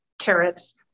carrots